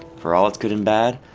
for all its good and bad,